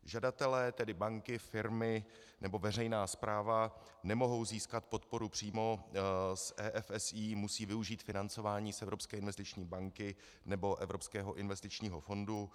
Žadatelé, tedy banky, firmy nebo veřejná správa nemohou získat podporu přímo z EFSI, musí využít financování z Evropské investiční banky nebo Evropského investičního fondu.